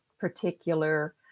particular